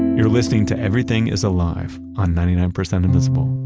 you're listening to everything is alive on ninety nine percent invisible